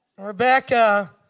Rebecca